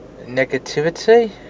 negativity